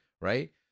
right